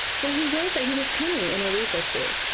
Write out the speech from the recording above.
for he wrote that he was coming in a week or two.